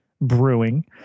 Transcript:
brewing